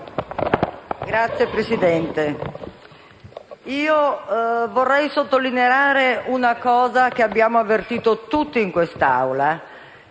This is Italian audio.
Signor Presidente, vorrei sottolineare una cosa che abbiamo avvertito tutti in quest'Assemblea